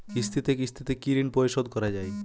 কিস্তিতে কিস্তিতে কি ঋণ পরিশোধ করা য়ায়?